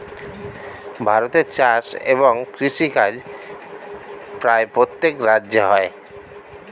ভারতে চাষ এবং কৃষিকাজ প্রায় প্রত্যেক রাজ্যে হয়